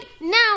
now